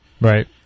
Right